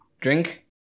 drink